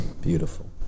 beautiful